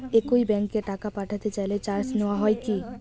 একই ব্যাংকে টাকা পাঠাতে চাইলে চার্জ নেওয়া হয় কি?